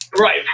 Right